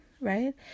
right